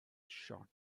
shot